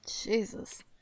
Jesus